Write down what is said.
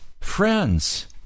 Friends